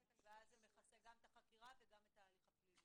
ואז זה מכסה גם את החקירה וגם את ההליך הפלילי.